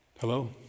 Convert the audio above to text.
Hello